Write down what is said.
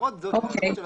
שלמרות זאת הוא יהיה.